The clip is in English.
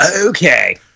Okay